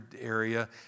area